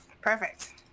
Perfect